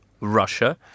Russia